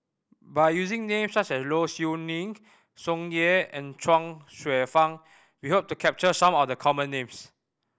by using names such as Low Siew Nghee Tsung Yeh and Chuang Hsueh Fang we hope to capture some of the common names